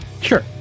Sure